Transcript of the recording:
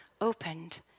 opened